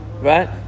Right